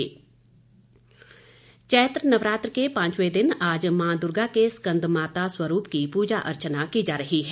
नवरात्र चैत्र नवरात्र के पांचवे दिन आज माँ दुर्गा के स्कंदमाता स्वरूप की पूजा अर्चना की जा रही है